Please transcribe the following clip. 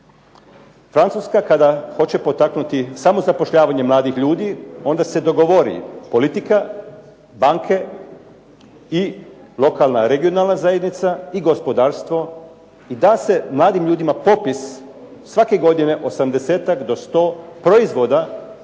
Francuska kada hoće potaknuti samozapošljavanje mladih ljudi onda se dogovori politika, banke i lokalna, regionalna zajednica i gospodarstvo i da se mladim ljudima popis svake godine osamdesetak do